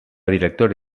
directora